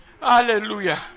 Hallelujah